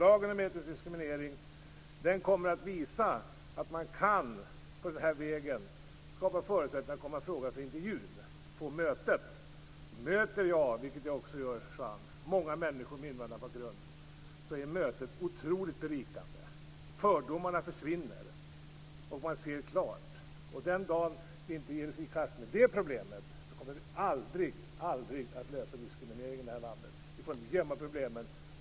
Lagen om etnisk diskriminering kommer att visa att man på den här vägen kan skapa förutsättningar för att komma i fråga för en intervju och ett möte. När jag möter - vilket jag gör, Juan Fonseca - många människor med invandrarbakgrund är mötena otroligt berikande. Fördomarna försvinner, och man ser klart. Den dagen vi inte ger oss i kast med det här problemet kommer vi aldrig att lösa diskrimineringsproblemen i det här landet. Vi får inte gömma problemen.